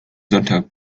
sonntag